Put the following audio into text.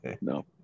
No